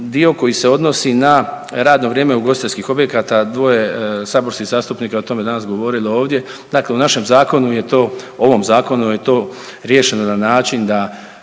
dio koji se odnosi na radno vrijeme ugostiteljskih objekata, dvoje saborskih zastupnika je o tome danas govorilo ovdje, dakle u našem zakonu je to, ovom zakonu je to riješeno na način da